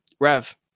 Rev